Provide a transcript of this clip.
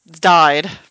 died